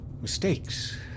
Mistakes